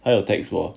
还有 tax [wor]